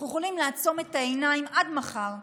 אנחנו יכולים לעצום את העיניים עד מחר.